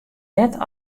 net